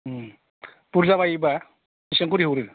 उम बुरजा बायोब्ला बिसिबां खरि हरो